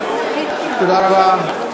תודה רבה.